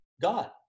God